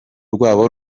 rwabo